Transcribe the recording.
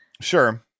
Sure